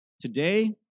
Today